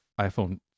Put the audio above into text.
iPhone